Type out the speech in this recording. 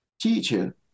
teacher